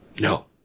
No